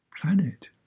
planet